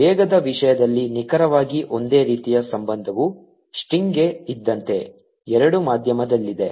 ವೇಗದ ವಿಷಯದಲ್ಲಿ ನಿಖರವಾಗಿ ಒಂದೇ ರೀತಿಯ ಸಂಬಂಧವು ಸ್ಟ್ರಿಂಗ್ಗೆ ಇದ್ದಂತೆ ಎರಡು ಮಾಧ್ಯಮದಲ್ಲಿದೆ